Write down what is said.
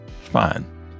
fine